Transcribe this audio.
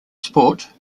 sport